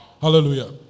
Hallelujah